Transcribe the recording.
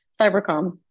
Cybercom